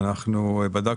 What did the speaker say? אנחנו נוריד